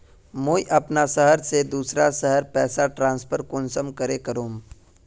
मुई अपना शहर से दूसरा शहर पैसा ट्रांसफर कुंसम करे करूम?